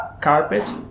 carpet